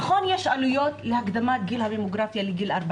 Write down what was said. נכון שיש עלויות להקדמת גיל הבדיקה ל-40.